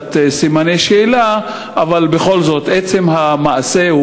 קצת סימני שאלה, אבל בכל זאת עצם המעשה הוא